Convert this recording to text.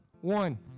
one